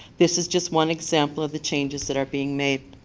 this is just one example of the changes that are being made.